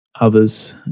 others